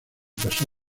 pasó